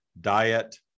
diet